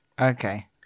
okay